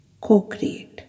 co-create